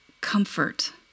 comfort